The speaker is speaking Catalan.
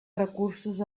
recursos